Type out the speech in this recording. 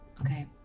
Okay